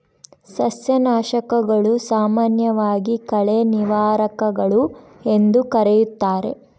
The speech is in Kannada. ಸಸ್ಯನಾಶಕಗಳು, ಸಾಮಾನ್ಯವಾಗಿ ಕಳೆ ನಿವಾರಕಗಳು ಎಂದೂ ಕರೆಯುತ್ತಾರೆ